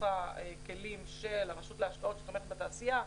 הכלים של הרשות להשקעות שתומכת בתעשייה.